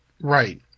Right